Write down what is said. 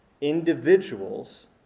individuals